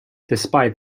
despite